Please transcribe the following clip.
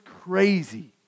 crazy